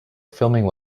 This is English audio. filming